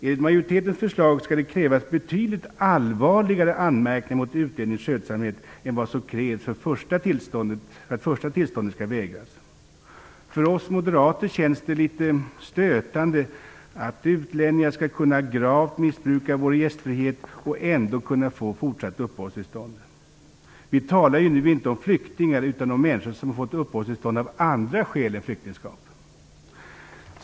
Enligt majoritetens förslag skall det krävas betydligt allvarligare anmärkningar mot utlänningens skötsamhet än vad som krävs för att det första tillståndet skall vägras. För oss moderater är det litet stötande att utlänningar skall kunna gravt missbruka vår gästfrihet och ändå kunna få fortsatt uppehållstillstånd. Vi talar ju nu inte om flyktingar utan om människor som fått uppehållstillstånd av andra skäl än flyktingskap.